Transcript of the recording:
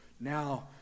Now